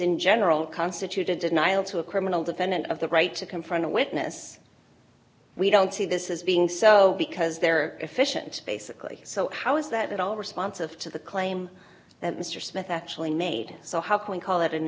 in general constitute a denial to a criminal defendant of the right to confront a witness we don't see this is being so because there are efficient basically so how is that at all responsive to the claim that mr smith actually made it so how can call it an